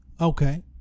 Okay